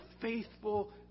faithful